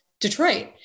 Detroit